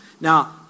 Now